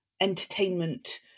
entertainment